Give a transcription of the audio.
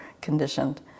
conditioned